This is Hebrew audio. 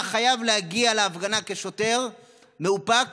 אתה חייב להגיע להפגנה כשוטר מאופק